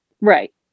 right